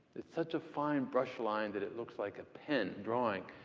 it's such a fine brush line that it looks like a pen drawing.